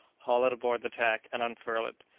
haul it aboard the tack, and unfurl it.